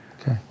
okay